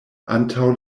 antaŭ